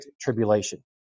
tribulation